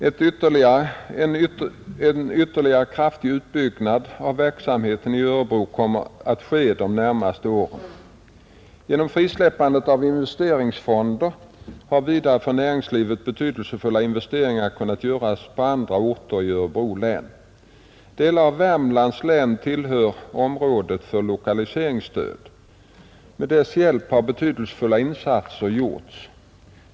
En ytterligare kraftig utbyggnad av verksamheten i Örebro kommer att ske de närmaste åren. Genom frisläppande av investeringsfonder har vidare för näringslivet betydelsefulla investeringar kunnat göras på andra orter i Örebro län. Delar av Värmlands län tillhör området för lokaliseringsstöd. Med dess hjälp har betydelsefulla insatser gjorts.